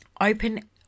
open